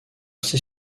ces